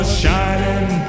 shining